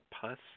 pus